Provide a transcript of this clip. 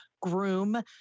groom